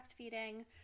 breastfeeding